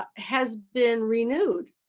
has been renewed.